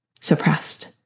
suppressed